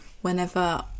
whenever